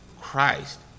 Christ